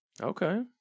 Okay